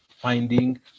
finding